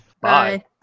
Bye